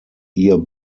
ihr